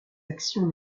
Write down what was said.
actions